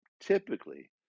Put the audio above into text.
typically